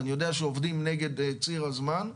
אני יודע שעובדים נגד ציר הזמן.